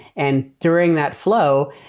and during that flow,